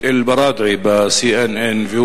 אתמול בערב שמענו ב-CNN גם את אל-בראדעי,